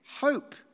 hope